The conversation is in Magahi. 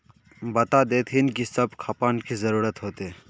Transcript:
बता देतहिन की सब खापान की जरूरत होते?